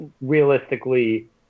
realistically